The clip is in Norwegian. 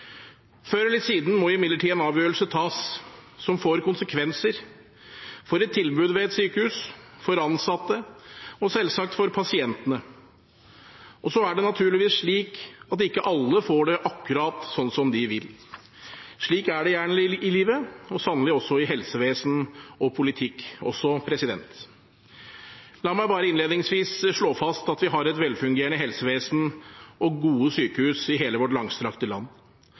Før eller siden må imidlertid en avgjørelse tas, som får konsekvenser for et tilbud ved et sykehus, for ansatte og, selvsagt, for pasientene. Så er det naturligvis slik at ikke alle får det akkurat som de vil. Slik er det gjerne i livet, og sannelig også i helsevesen og politikk. La meg bare innledningsvis slå fast at vi har et velfungerende helsevesen og gode sykehus i hele vårt langstrakte land.